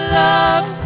love